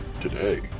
today